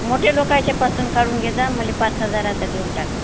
मोठ्या लोकांच्या पासून काढून घे मला पाच हजाराचा देऊन टाक